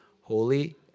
holy